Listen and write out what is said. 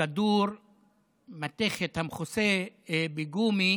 כדור מתכת המכוסה בגומי